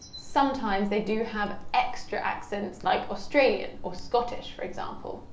sometimes they do have extra accents, like australian or scottish for example.